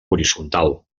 horitzontal